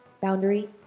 Boundary